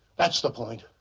that's the point.